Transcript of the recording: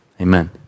Amen